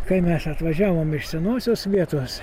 kai mes atvažiavom iš senosios vietos